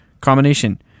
combination